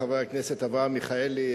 חבר הכנסת אברהם מיכאלי,